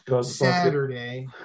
Saturday